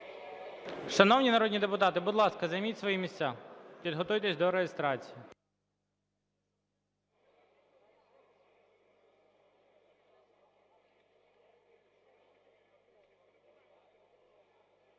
Шановні народні депутати, будь ласка, займіть свої місця, підготуйтесь до реєстрації.